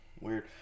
Weird